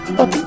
up